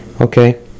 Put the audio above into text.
Okay